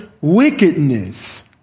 wickedness